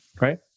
right